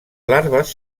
larves